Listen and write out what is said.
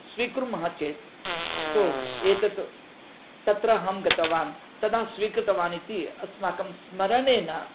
स्वीकुर्मः चेत् हो एतत् तत्र अहं गतवान् तदा स्वीकृतवान् इति अस्माकं स्मरणेन